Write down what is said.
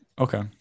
Okay